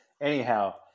anyhow